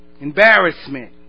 embarrassment